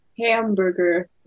Hamburger